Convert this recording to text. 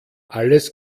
alles